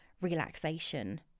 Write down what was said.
relaxation